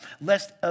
lest